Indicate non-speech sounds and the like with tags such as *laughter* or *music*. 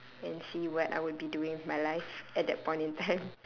and see what I would be doing with my life at that point in time *laughs*